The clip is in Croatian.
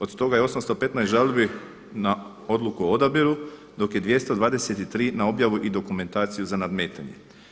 Od toga je 815 žalbi na odluku o odabiru dok je 223 na objavu i dokumentaciju za nadmetanje.